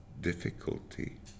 difficulty